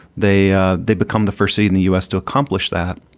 they ah they become the first city in the u s. to accomplish that.